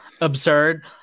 absurd